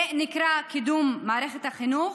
זה נקרא קידום מערכת החינוך?